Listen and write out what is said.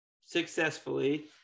successfully